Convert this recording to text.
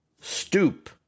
Stoop